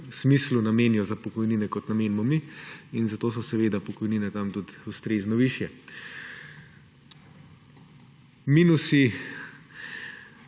smislu namenijo za pokojnine, kot namenimo mi, in zato so seveda pokojnine tam tudi ustrezno višje. Minusi